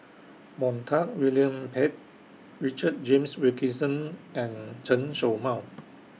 Montague William Pett Richard James Wilkinson and Chen Show Mao